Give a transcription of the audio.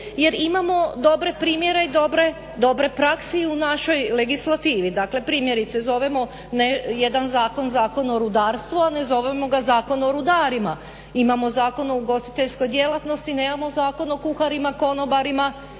jer imamo dobre primjere i dobre prakse i u našoj legislativi. Dakle, primjerice zovemo jedan zakon, Zakon o rudarstvu, a ne zovemo ga zakon o rudarima. Imamo Zakon o ugostiteljskoj djelatnosti, nemamo zakon o kuharima, konobarima